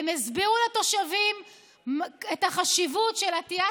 הן הסבירו לתושבים את החשיבות של עטיית